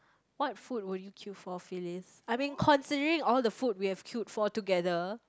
what food would you queue for Phylis I mean considering all the food we have queued for together